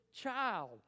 child